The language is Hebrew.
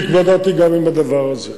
והתמודדתי גם עם הדבר הזה.